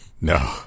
No